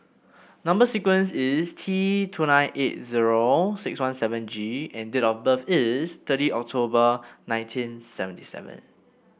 number sequence is T two nine eight zero six one seven G and date of birth is thirty October nineteen seventy seven